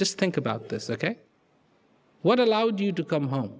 just think about this ok what allowed you to come home